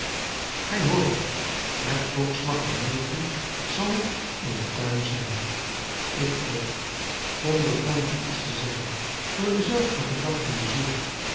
gij hoort het met klokslag van negen zal ik in den tuin zijn ik ook zonder elkander iets te zeggen door dezelfde gedachten bezield